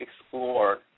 explore